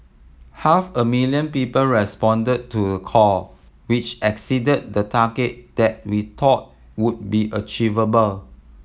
half a million people responded to the call which exceeded the target that we thought would be achievable